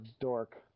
dork